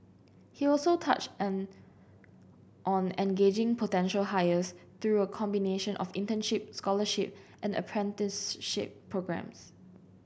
he also touched an on engaging potential hires through a combination of internship scholarship and apprenticeship programmes